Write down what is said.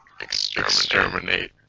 Exterminate